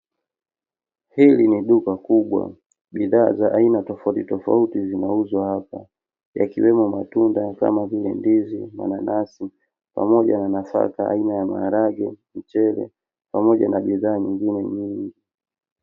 Hili ni duka kubwa, bidhaa za aina tofautitofauti zinauzwa hapa yakiwemo matunda kama vile: ndizi, mananasi, pamoja na nafaka aina ya maharage, mchele, pamoja na bidhaa yingine nyingi.